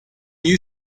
you